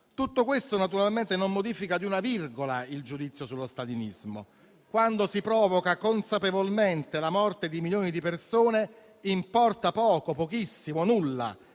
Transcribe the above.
Tutto questo naturalmente non modifica di una virgola il giudizio sullo stalinismo: quando si provoca consapevolmente la morte di milioni di persone importa poco, pochissimo, nulla,